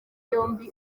yombi